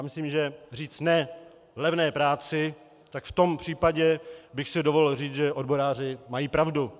Myslím, že říct ne levné práci, v tom případě bych si dovolil říct, že odboráři mají pravdu.